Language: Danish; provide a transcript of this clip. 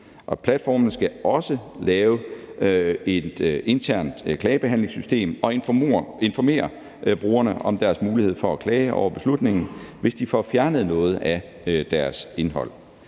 platformene skal også lave et internt klagebehandlingssystem og informere brugerne om deres mulighed for at klage over beslutningen, hvis de får fjernet noget af deres indhold.